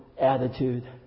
attitude